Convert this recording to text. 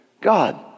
God